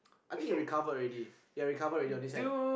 I think it recovered already ya it recovered already on this hand